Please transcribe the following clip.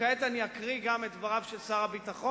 כעת אקריא גם את דבריו של שר הביטחון,